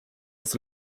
was